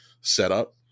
setup